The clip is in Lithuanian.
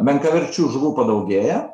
menkaverčių žuvų padaugėja